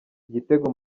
igitego